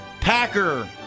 Packer